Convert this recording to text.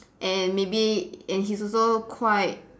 and maybe and he's also quite